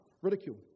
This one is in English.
ridicule